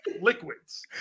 liquids